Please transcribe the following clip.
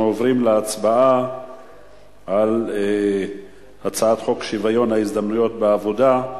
אנחנו עוברים להצבעה על הצעת חוק שוויון ההזדמנויות בעבודה (תיקון,